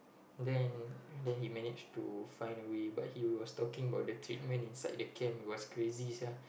then then he manage to find a way but he was talking about the treatment inside the camp it was crazy sia